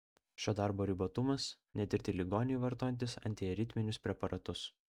šio darbo ribotumas netirti ligoniai vartojantys antiaritminius preparatus